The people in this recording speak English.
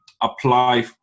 apply